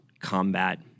combat